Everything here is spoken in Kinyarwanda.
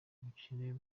ubukene